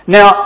Now